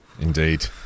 Indeed